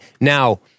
Now